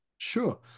Sure